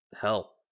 Hell